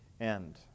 end